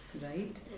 right